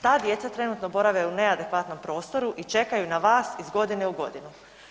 Ta djeca trenutno borave u neadekvatnom prostoru i čekaju na vas iz godine u godinu.